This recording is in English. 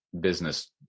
business